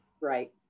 Right